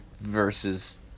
versus